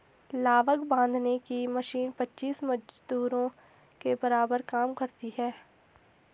लावक बांधने की मशीन पच्चीस मजदूरों के बराबर काम करती है